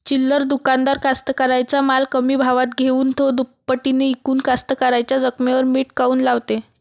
चिल्लर दुकानदार कास्तकाराइच्या माल कमी भावात घेऊन थो दुपटीनं इकून कास्तकाराइच्या जखमेवर मीठ काऊन लावते?